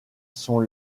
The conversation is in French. sont